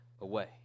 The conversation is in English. away